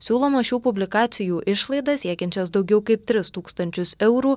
siūloma šių publikacijų išlaidas siekiančias daugiau kaip tris tūkstančius eurų